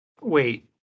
wait